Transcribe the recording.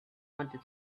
wanted